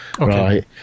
Right